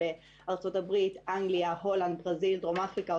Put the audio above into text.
ומחר בבוקר נגמר המבצע ויש שגרה ויש את גיוס